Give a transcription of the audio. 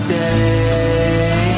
day